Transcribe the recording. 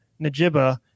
Najiba